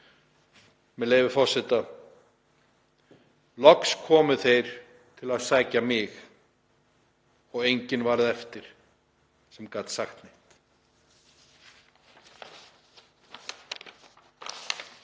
með leyfi forseta: „Loks komu þeir til að sækja mig og enginn varð eftir sem gat sagt neitt.“